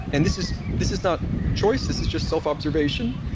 and this is this is not choice, this is just selfobservation,